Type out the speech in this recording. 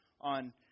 on